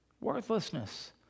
Worthlessness